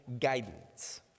guidance